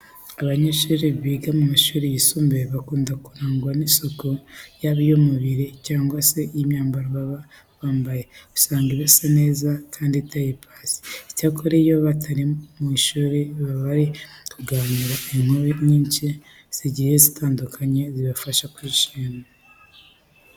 Abanyeshuri biga mu mashuri yisumbuye bakunda kurangwa n'isuku yaba iy'umubiri cyangwa se iy'imyambaro baba bambaye. Usanga iba isa neza kandi iteye n'ipasi. Icyakora, iyo batari mu ishuri baba bari kuganira inkuru nyinshi zigiye zitandukanye zibafasha kwishima.